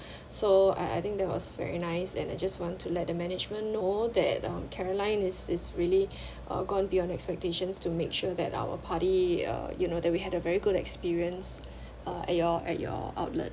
so I I think that was very nice and I just want to let the management know that um caroline is is really uh gone beyond expectations to make sure that our party uh you know that we had a very good experience uh at your at your outlet